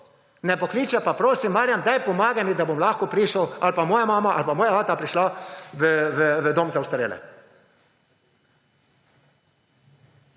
ne pokliče pa pros, Marjan daj pomagaj mi, da bom lahko prišel ali pa moja mama ali pa moj ata prišla v dom za ostarele.